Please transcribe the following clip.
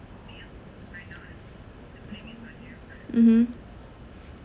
mmhmm